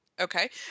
Okay